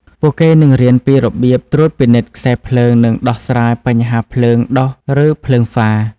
ពួកគេនឹងរៀនពីរបៀបត្រួតពិនិត្យខ្សែភ្លើងនិងដោះស្រាយបញ្ហាភ្លើងដុះឬភ្លើងហ្វារ។